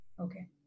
okay